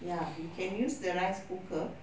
ya you can use the rice cooker